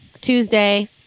Tuesday